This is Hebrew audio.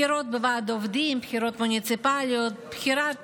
בחירות בוועד עובדים, בחירות מוניציפליות, בחירת